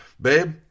babe